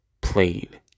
played